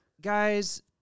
guys